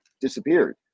disappeared